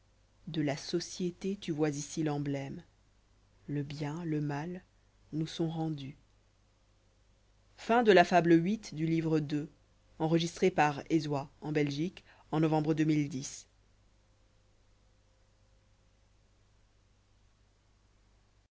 de la société tu vois ici l'emblème le bien le mal nous sont rendus